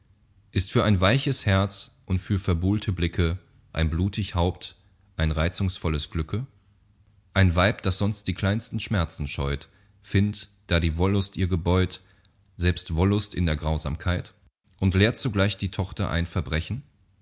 ist für ein weiches herz und für verbuhlte blicke ein blutig haupt ein reizungsvolles glücke ein weib das sonst die kleinsten schmerzen scheut findt da die wollust ihr gebeut selbst wollust in der grausamkeit und lehrt zugleich die tochter ein verbrechen